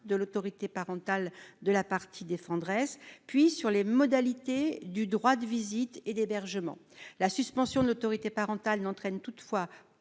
de l'autorité parentale de la partie défenderesse, puis sur les modalités du droit de visite et d'hébergement. La suspension de l'autorité parentale n'entraîne toutefois